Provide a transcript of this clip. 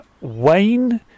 Wayne